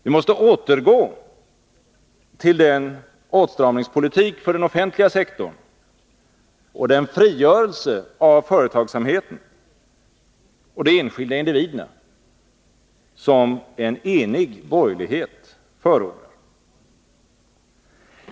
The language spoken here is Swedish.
Vi måste återgå till den åtstramningspolitik för den offentliga sektorn och den frigörelse av företagsamhet och de enskilda människorna som en enig borgerlighet förordar.